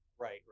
right